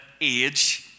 age